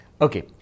Okay